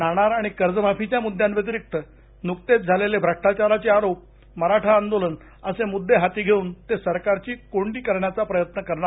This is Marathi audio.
नाणार आणि कर्जमाफीच्या मुद्द्यांव्यतिरिक्त नुकतेच मालेले भ्रष्टाचाराचे आरोप मराठा आंदोलन वसे मुद्दे हाती घेऊन ते सरकारची कोंडी करण्याचा प्रयव करणार